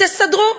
תסדרו.